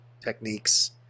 techniques